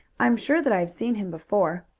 i am sure that i have seen him before.